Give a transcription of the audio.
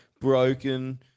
broken